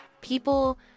People